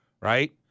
right